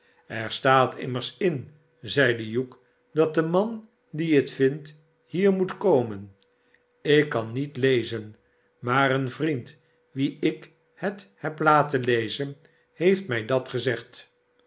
er staat immers in zeide hugh s dat de man die het vindt hier moet komen ik kan niet lezen maar een vriend wien ik het heb laten lezen heeft mij dat gezegd